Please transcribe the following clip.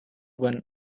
when